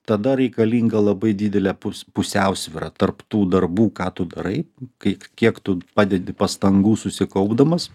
tada reikalinga labai didelė pus pusiausvyra tarp tų darbų ką tu darai kaip kiek tu padedi pastangų susikaupdamas